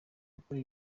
gukora